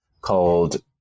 called